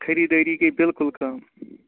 خریٖدٲری گٔے بِلکُل کَم